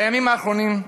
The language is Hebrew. בימים האחרונים,